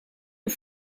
ont